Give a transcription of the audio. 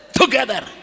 Together